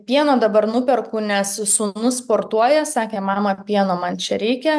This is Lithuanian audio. pieno dabar nuperku nes sūnus sportuoja sakė mama pieno man čia reikia